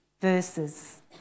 verses